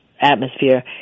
atmosphere